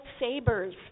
lightsabers